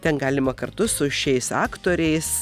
ten galima kartu su šiais aktoriais